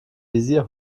visier